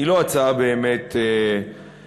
היא לא הצעה באמת רצינית,